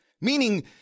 meaning